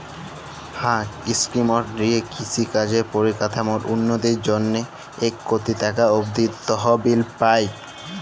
হাঁ ইস্কিমট দিঁয়ে কিষি কাজের পরিকাঠামোর উল্ল্যতির জ্যনহে ইক কটি টাকা অব্দি তহবিল পায়